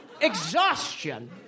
exhaustion